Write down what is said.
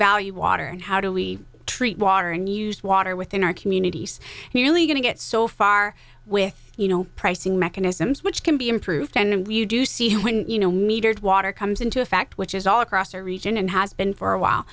value water and how do we treat water and use water within our communities and you really going to get so far with you know pricing mechanisms which can be improved and when you do see when you know metered water comes into effect which is all across the region and has been for a while